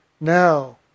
Now